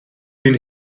been